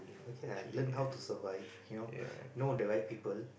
okay lah learn how to survive you know know the right people